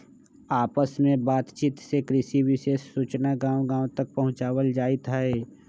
आपस में बात चित से कृषि विशेष सूचना गांव गांव तक पहुंचावल जाईथ हई